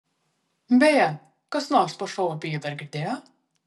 beje kas nors po šou apie jį dar girdėjo